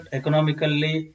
economically